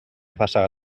passar